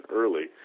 early